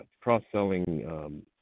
Cross-selling